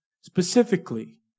Specifically